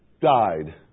died